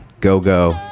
go-go